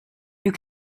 you